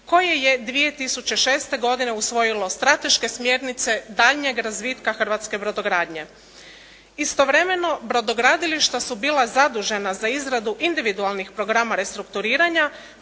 koji je 2006. godine usvojilo strateške smjernice daljnjeg razvitka hrvatske brodogradnje. Istovremeno, brodogradilišta su bila zadužena za izradu individualnih programa restrukturiranja